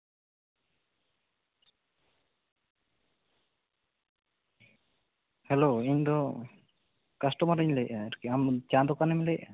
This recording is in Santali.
ᱦᱮᱞᱳ ᱤᱧ ᱫᱚ ᱠᱟᱥᱴᱚᱢᱟᱨᱤᱧ ᱞᱟᱹᱭᱮᱫᱼᱟ ᱟᱨᱠᱤ ᱟᱢ ᱪᱟ ᱫᱚᱠᱟᱱᱮᱢ ᱞᱟᱹᱭᱮᱫᱼᱟ